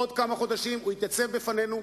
בעוד כמה חודשים הוא יתייצב בפנינו,